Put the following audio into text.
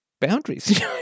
boundaries